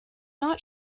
not